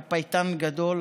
היה פייטן גדול.